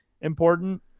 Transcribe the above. important